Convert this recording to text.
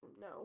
no